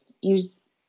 use